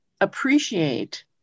appreciate